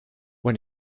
when